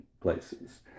places